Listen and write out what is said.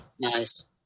Nice